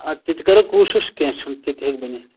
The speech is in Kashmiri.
اَدٕ تِتہِ کَرو کوٗشِش کیٚنٛہہ چھُنہِ تِتہِ ہیٚکہِ بٔنِتھ